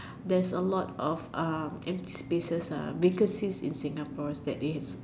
there's a lot of um empty spaces ah because since in Singapore there is